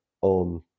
on